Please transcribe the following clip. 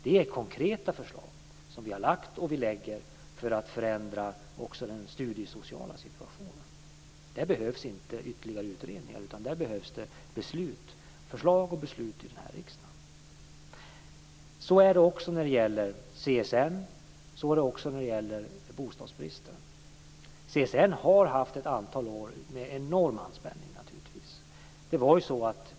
Det är konkreta förslag som vi har lagt fram och kommer att lägga fram för att förändra också den studiesociala situationen. Där behövs inte ytterligare utredningar, utan där behövs det förslag och beslut i denna riksdag. Så är det också när det gäller CSN och bostadsbristen. CSN har haft ett antal år med enorm anspänning.